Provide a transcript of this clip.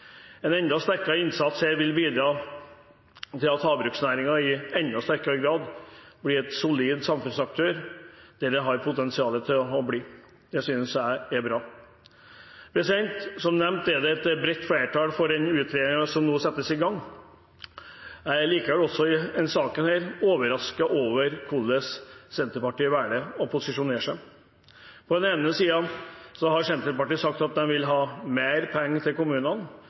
En enda sterkere innsats her vil bidra til at havbruksnæringen i enda sterkere grad blir den solide samfunnsaktøren den har potensial til å bli. Det synes jeg er bra. Som nevnt er det et bredt flertall for den utredningen som nå settes i gang. Likevel er jeg også i denne saken overrasket over hvordan Senterpartiet velger å posisjonere seg. På den ene siden har Senterpartiet sagt at de vil ha mer penger til kommunene.